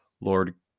Lord